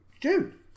dude